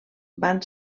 van